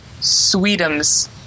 Sweetums